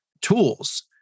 tools